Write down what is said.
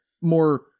more